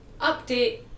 Update